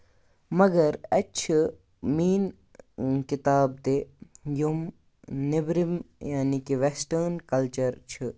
مگر اَتہِ چھِ میٛٲنۍ کِتاب تہِ یِم نیٚبرِم یانے کہِ ویسٹٲرٕن کَلچَر چھِ